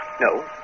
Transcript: No